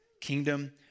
Kingdom